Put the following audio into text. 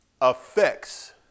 affects